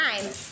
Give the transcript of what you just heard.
time